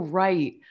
right